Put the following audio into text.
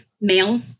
male